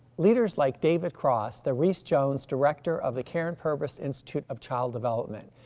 leaders like david cross, the rees-jones director of the karyn purvis institute of child development,